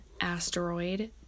asteroid